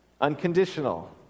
Unconditional